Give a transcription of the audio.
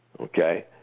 okay